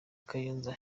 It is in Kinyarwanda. kayonza